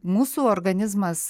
mūsų organizmas